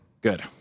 Good